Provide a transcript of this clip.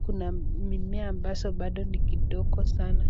kuna mimea ambazo bado ni kidogo sana.